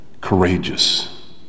courageous